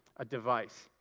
a device,